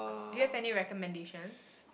do you have any recommendations